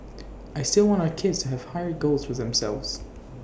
I still want our kids to have higher goals for themselves